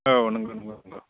औ नोंगौ नोंगौ नोंगौ